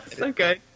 Okay